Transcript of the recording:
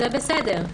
זה בסדר.